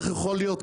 איך יכול להיות,